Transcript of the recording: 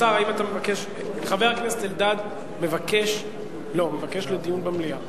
השר, חבר הכנסת אלדד מבקש דיון במליאה.